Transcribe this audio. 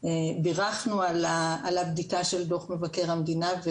בירכנו על הבדיקה של דוח מבקר המדינה.